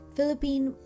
Philippine